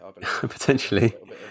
Potentially